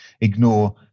ignore